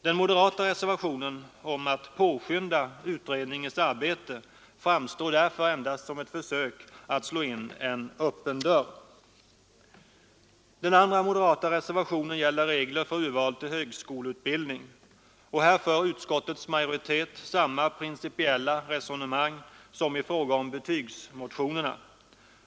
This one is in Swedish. Den moderata reservationen om att påskynda utredningens arbete framstår därför endast som ett försök att slå in en öppen dörr. Den andra moderata reservationen gäller regler för urval till högskoleutbildning. Här för utskottets majoritet samma principiella resonemang som i fråga om betygsmotionerna.